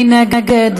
מי נגד?